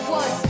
one